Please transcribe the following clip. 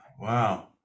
wow